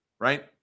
right